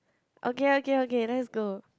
okay okay okay let's go